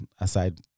aside